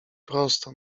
prosto